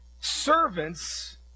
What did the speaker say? Servants